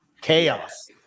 chaos